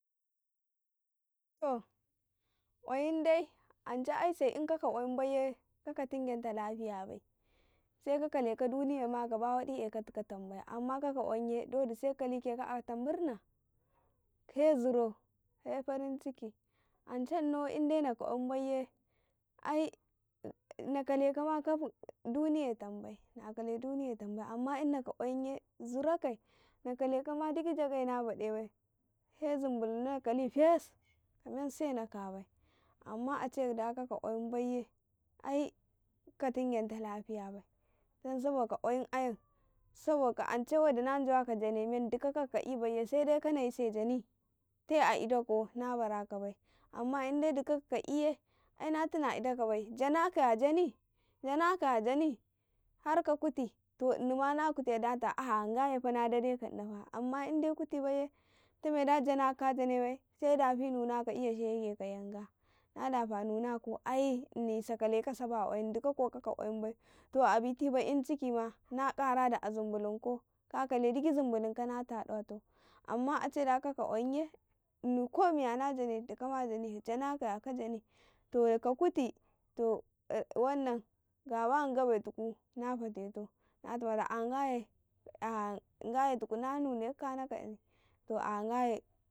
﻿To kwayin de ance aise inka ka kwayin baiye kaka tungenau ta lafiya bai kakaleka duniyayi ma gaba waɗi e ka tuka tam bai amma kaka kwayinye se ka kali ka akata murna se zro, ance inau inde naka kwayin bai ye ai naka lekam gidta duniya tamu bai ammana ka kwayim ye na kaleka duniyayi na ka kwayinye zra kai na kalekama gid jagai na bade bai he zumbulum na nakali gfes kanmen sena ka bai amma ince da ka'ka kwayin baiye ai ka tungenta lafiya bai dan saboka kwayin ayan dan saboka ance waɗi na jawaka jane men duka ka kaka'i bai ye se de kanese jani tai a idakau nabara ka bai amma in dedka ka ka'i ye ai na tuna a daka bai, jana kaya jani, janakaya jani harka kuti to inima nakute da ahn nga ''yan fa na dai ka ino ka dhna fa amman indai kuti bai ye tameda jana ka jana baiye se dafi nunaka eya shege ka yanga nadafi nunkau ai in sakaleka saba kwayin dka ko ka kwa kwayin bai, to a biti ma na gattadi a zumbulun kan ka kale ghidi zumbulunka na tadatau amman ance da kaka kwayin ye ko miya na jane dkama jani janakaya jani, to ka kuti to wanna gab a ma gabai tu ku na fateto na fatetau natama nga e nga e tukura ha nuneka kuna kahni to ah nga e.